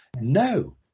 no